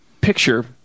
picture